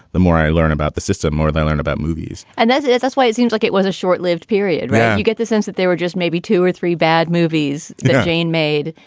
the more i learn about the system, more they learn about movies and that's it it that's why it seems like it was a short lived period where you get the sense that they were just maybe two or three bad movies that jane made.